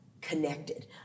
Connected